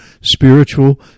spiritual